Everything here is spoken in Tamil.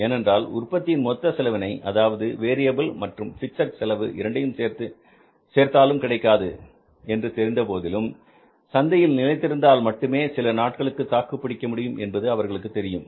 ஏனென்றால் உற்பத்தியின் மொத்த செலவினை அதாவது வேரியபில் மற்றும் பிக்ஸட் செலவு இரண்டையும் சேர்த்தாலும் கிடைக்காது என்று தெரிந்த போதிலும் சந்தையில் நிலைத்திருந்தால் மட்டுமே சில நாட்களுக்கு தாக்குப் பிடிக்க முடியும் என்பது அவர்களுக்குத் தெரியும்